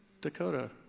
Dakota